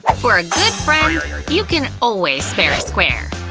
ah for a good friend, you can always spare a square.